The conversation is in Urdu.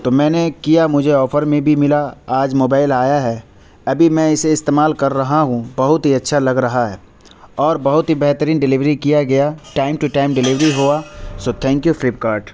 تو میں نے کیا مجھے آفر میں بھی ملا آج موبائل آیا ہے ابھی میں اسے استعمال کر رہا ہوں بہت ہی اچھا لگ رہا ہے اور بہت ہی بہترین ڈلیوری کیا گیا ٹائم ٹو ٹائم ڈلیوری ہوا so thank you flip cart